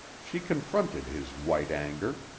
she confronted his white anger.